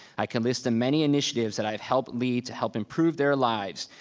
i can list the many initiatives that i've helped lead to help improve their lives,